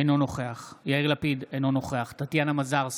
אינו נוכח יאיר לפיד, אינו נוכח טטיאנה מזרסקי,